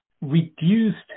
reduced